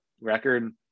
record